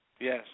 Yes